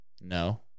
No